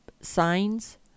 signs